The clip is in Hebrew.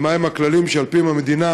ומהם הכללים שעל-פיהם המדינה